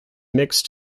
mixed